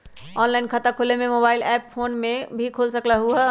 Online खाता खोले के मोबाइल ऐप फोन में भी खोल सकलहु ह?